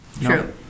True